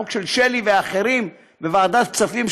החוק של שלי ואחרים בוועדת כספים,